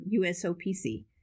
USOPC